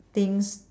things